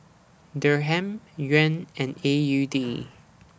Dirham Yuan and A U D